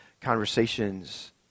conversations